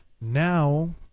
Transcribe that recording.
Now